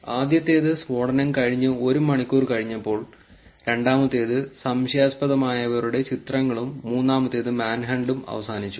ആദ്യത്തേത് സ്ഫോടനം കഴിഞ്ഞ് 1 മണിക്കൂർ കഴിഞ്ഞപ്പോൾ രണ്ടാമത്തേത് സംശയാസ്പദമായവരുടെ ചിത്രങ്ങളും മൂന്നാമത്തേത് മാൻഹണ്ടും അവസാനിച്ചു